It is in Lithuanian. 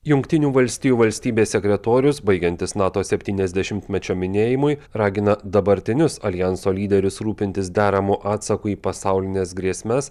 jungtinių valstijų valstybės sekretorius baigiantis nato septyniasdešimtmečio minėjimui ragina dabartinius aljanso lyderius rūpintis deramu atsaku į pasaulines grėsmes